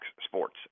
Sports